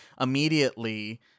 immediately